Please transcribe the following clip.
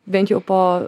bent jau po